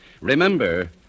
Remember